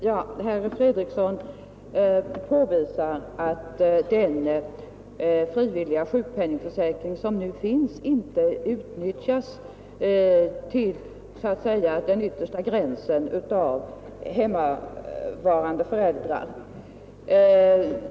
Herr talman! Herr Fredriksson påvisar att den frivilliga sjukpenningförsäkring som nu finns inte utnyttjas till den yttersta gränsen av hemmavarande föräldrar.